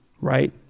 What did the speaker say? right